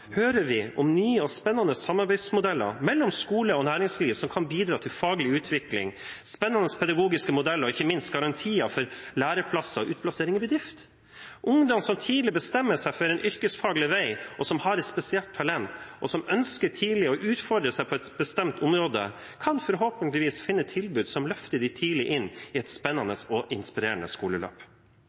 hører vi om nye og spennende samarbeidsmodeller mellom skole og næringsliv som kan bidra til faglig utvikling, spennende pedagogiske modeller og ikke minst garantier for læreplasser og utplassering i bedrift. Ungdom som tidlig bestemmer seg for en yrkesfaglig vei, som har et spesielt talent, og som tidlig ønsker å utfordre seg på et bestemt område, kan forhåpentligvis finne tilbud som løfter dem tidlig inn i et spennende og inspirerende skoleløp.